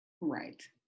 right